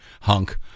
hunk